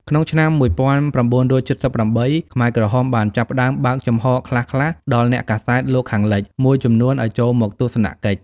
ក្នុងឆ្នាំ១៩៧៨ ខ្មែរក្រហមបានចាប់ផ្ដើមបើកចំហរខ្លះៗដល់អ្នកកាសែតលោកខាងលិចមួយចំនួនឱ្យចូលមកទស្សនកិច្ច។